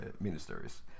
ministers